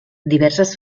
diverses